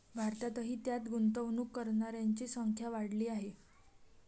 भारतातही त्यात गुंतवणूक करणाऱ्यांची संख्या वाढली आहे